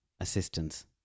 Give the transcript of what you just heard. assistance